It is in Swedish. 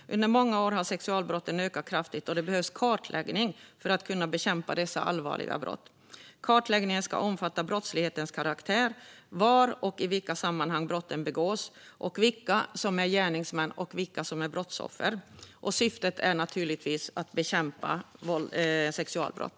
Under många år har sexualbrotten ökat kraftigt, och det behövs en kartläggning för att kunna bekämpa dessa allvarliga brott. Kartläggningen ska omfatta brottslighetens karaktär, var och i vilka sammanhang brotten begås samt vilka som är gärningsmän och vilka som är brottsoffer. Syftet är naturligtvis att bekämpa sexualbrott.